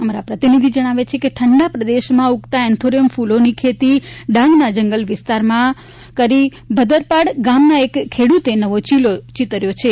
અમારા પ્રતિનિધિ જણાવે છે કે ઠંડા પ્રદેશમાં ઉગતા એન્થોરિયમ ફુલોની ખેતી ડાંગના જંગલ વિસ્તારમાં કરી ભદરપાડા ગામના એક ખેડૂતોએ નવો ચીલો ચીતર્યો છે